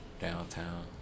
Downtown